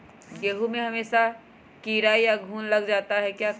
गेंहू में हमेसा कीड़ा या घुन लग जाता है क्या करें?